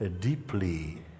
deeply